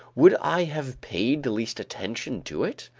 would i have paid the least attention to it?